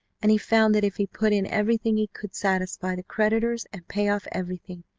and he found that if he put in everything he could satisfy the creditors, and pay off everything,